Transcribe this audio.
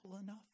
enough